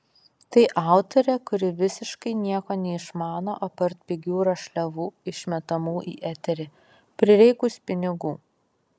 tai autorė kuri visiškai nieko neišmano apart pigių rašliavų išmetamų į eterį prireikus pinigų